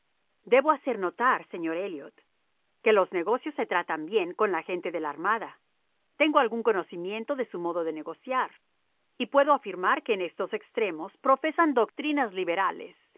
debo hacer notar señor de elliot que los negocios se tratan bien con la gente de la armada tengo algún conocimiento de su modo de negociar y puedo afirmar que en esos extremos profesan doctrinas liberales